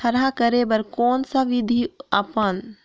थरहा करे बर कौन सा विधि अपन?